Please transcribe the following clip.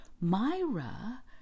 Myra